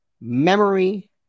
memory